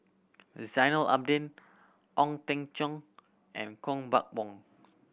Zainal Abidin Ong Teng Cheong and Koh Buck